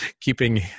keeping